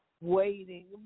waiting